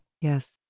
Yes